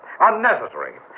Unnecessary